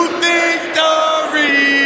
victory